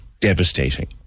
Devastating